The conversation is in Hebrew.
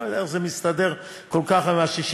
אני לא יודע איך זה מסתדר כל כך עם 68%,